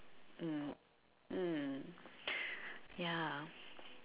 mm mm ya